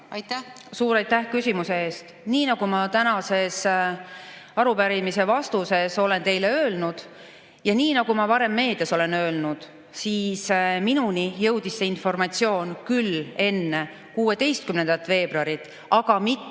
Suur aitäh küsimuse eest! Nii nagu ma tänases arupärimise vastuses olen teile öelnud ja nii nagu ma varem meedias olen öelnud, siis minuni jõudis see informatsioon küll enne 16. veebruari, aga mitte